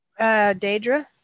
Daedra